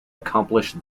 accomplish